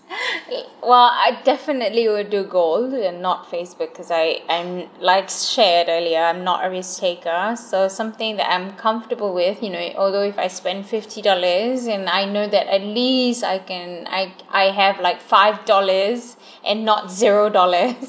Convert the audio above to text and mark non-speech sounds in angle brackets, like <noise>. <breath> while I definitely would do gold and not facebook cause I I’m like shared earlier I’m not a risk taker so something that I'm comfortable with you know although if I spend fifty dollars and I know that at least I can I I have like five dollars and not zero dollars <laughs>